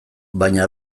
baina